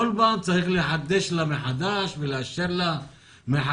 בכל פעם צריך לחדש לה מחדש ולאשר לה מחדש,